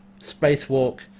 spacewalk